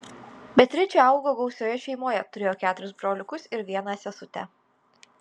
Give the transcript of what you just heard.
beatričė augo gausioje šeimoje turėjo keturis broliukus ir vieną sesutę